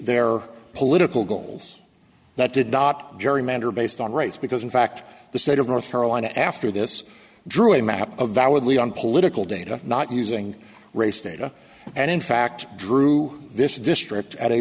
their political goals that did not gerrymander based on rights because in fact the state of north carolina after this drew a map of validly on political data not using race data and in fact drew this district at a